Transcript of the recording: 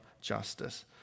justice